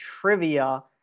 trivia